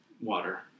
Water